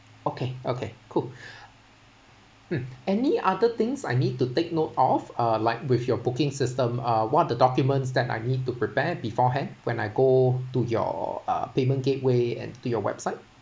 okay okay cool mm any other things I need to take note of uh like with your booking system uh what the documents that I need to prepare beforehand when I go to your uh payment gateway and to your website